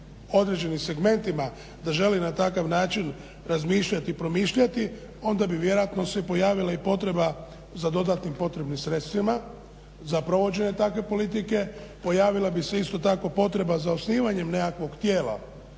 određenim segmentima da želi na takav način razmišljati i promišljati onda bi vjerojatno se i pojavila potreba za dodatnim potrebnim sredstvima za provođenje takve politike, pojavila bi se isto tako potreba za osnivanje nekakvog tijela,